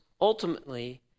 ultimately